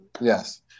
Yes